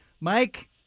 Mike